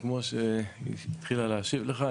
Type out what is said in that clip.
וכמו שהתחילה להשיב לך,